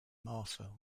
martha